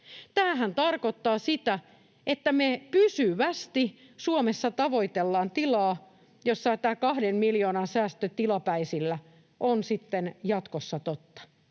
Tämähän tarkoittaa sitä, että me pysyvästi Suomessa tavoitellaan tilaa, jossa tämä kahden miljoonan säästö tilapäisillä on sitten jatkossa totta.